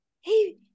hey